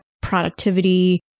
productivity